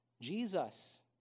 Jesus